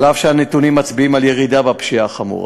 אף שהנתונים מצביעים על ירידה בפשיעה החמורה,